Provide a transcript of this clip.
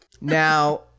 Now